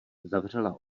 zavřela